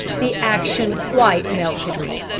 the action quite melted me.